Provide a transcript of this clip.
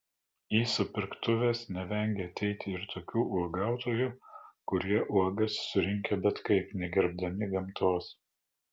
į supirktuves nevengia ateiti ir tokių uogautojų kurie uogas surinkę bet kaip negerbdami gamtos